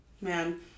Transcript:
man